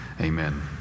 Amen